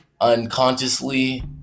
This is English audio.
unconsciously